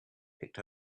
picked